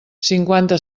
cinquanta